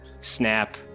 snap